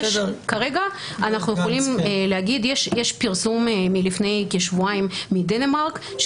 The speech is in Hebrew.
יש פרסום מלפני כשבועיים בדנמרק,